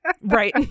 Right